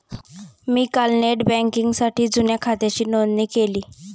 मी काल नेट बँकिंगसाठी जुन्या खात्याची नोंदणी केली